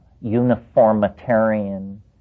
uniformitarian